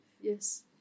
Yes